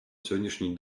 сьогоднішній